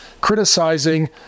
criticizing